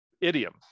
idiom